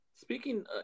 Speaking